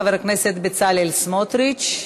חבר הכנסת בצלאל סמוטריץ,